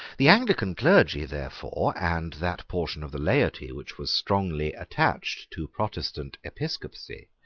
the anglican clergy therefore, and that portion of the laity which was strongly attached to protestant episcopacy,